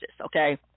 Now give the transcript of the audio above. okay